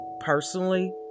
Personally